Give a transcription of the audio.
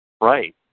Right